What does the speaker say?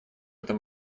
этом